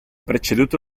preceduto